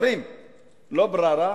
לא בררה,